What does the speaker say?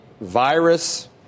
virus